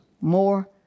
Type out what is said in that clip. more